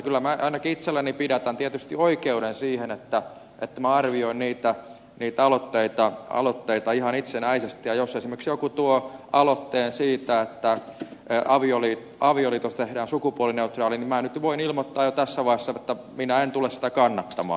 kyllä minä ainakin itselleni pidätän tietysti oikeuden siihen että minä arvioin niitä aloitteita ihan itsenäisesti ja jos esimerkiksi joku tuo aloitteen siitä että avioliitosta tehdään sukupuolineutraali niin minä nyt voin ilmoittaa jo tässä vaiheessa että minä en tule sitä kannattamaan